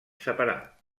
separar